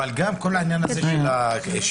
כל העניין הזה של קטין,